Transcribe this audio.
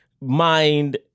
mind